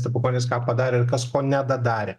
stepukonis ką padarė ir kas ko nedadarė